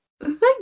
thank